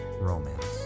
romance